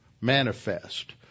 manifest